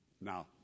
Now